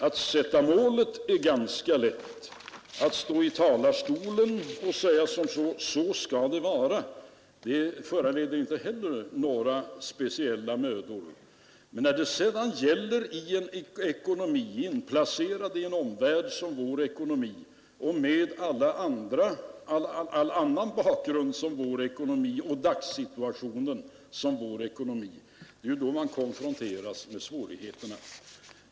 Att sätta målet är ganska lätt, att stå i talarstolen och säga att så skall det vara föranleder inte heller några speciella mödor. Det är när man skall förverkliga det målet — i en ekonomi som vår, inplacerad i en omvärld som vi måste ta hänsyn till — som man konfronteras med svårigheterna.